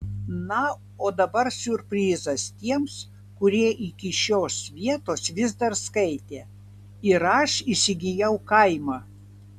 na o dabar siurprizas tiems kurie iki šios vietos vis dar skaitė ir aš įsigijau kaimą